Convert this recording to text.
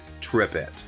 TripIt